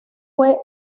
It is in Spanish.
fue